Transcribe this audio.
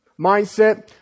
mindset